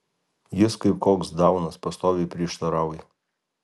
jis kaip koks daunas pastoviai prieštarauja